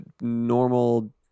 normal